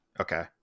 Okay